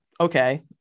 okay